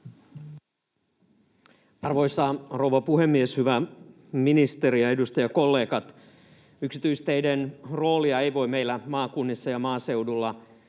Arvoisa rouva puhemies! Hyvä ministeri ja edustajakollegat! Yksityisteiden roolia meillä maakunnissa ja maaseudulla